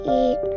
eat